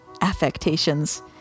affectations